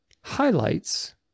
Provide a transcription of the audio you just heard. highlights